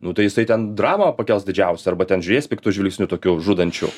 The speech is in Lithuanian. nu tai jisai ten dramą pakels didžiausią arba ten žiūrės piktu žvilgsniu tokiu žudančiu